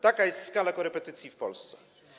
Taka jest skala korepetycji w Polsce.